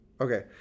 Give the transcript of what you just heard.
Okay